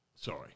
Sorry